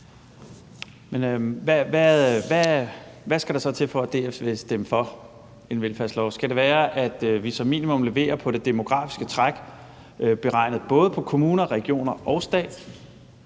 hvad skal der så til, for at DF vil stemme for en velfærdslov? Skal det være, at vi som minimum leverer på det demografiske træk, beregnet på både kommuner, regioner og stat?